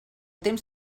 temps